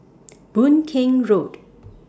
Boon Keng Road